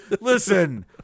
listen